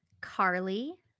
Carly